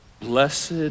Blessed